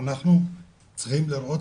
לא רק לילדים האלה כמו לשאר,